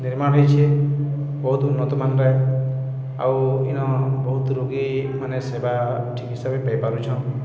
ନିର୍ମାଣ୍ ହେଇଛି ବହୁତ୍ ଉନ୍ନତ୍ମାନରେ ଆଉ ଇନ ବହୁତ୍ ରୋଗୀମାନେ ସେବା ଠିକ୍ ହିସାବ୍ରେ ପାଇପାରୁଛନ୍